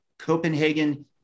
Copenhagen